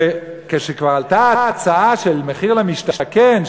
כשכבר עלתה הצעה של מחיר למשתכן,